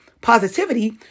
positivity